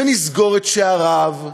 ונסגור את שעריו,